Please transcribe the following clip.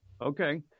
Okay